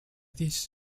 dish